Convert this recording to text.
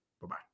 Bye-bye